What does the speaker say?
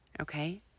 Okay